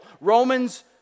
Romans